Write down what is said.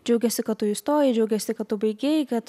džiaugiasi kad tu įstojai džiaugiasi kad tu baigei kad